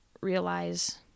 realize